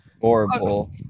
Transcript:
horrible